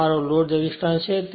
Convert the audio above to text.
આ મારો load resistant ભાગ છે